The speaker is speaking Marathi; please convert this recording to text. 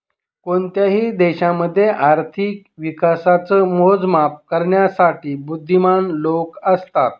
कोणत्याही देशामध्ये आर्थिक विकासाच मोजमाप करण्यासाठी बुध्दीमान लोक असतात